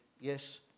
Yes